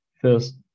first